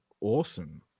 Awesome